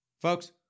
folks